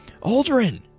Aldrin